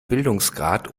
bildungsgrad